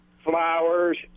Flowers